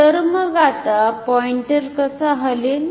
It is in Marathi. तर मग पॉईंटर कसा हलेल